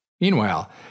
Meanwhile